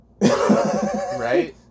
Right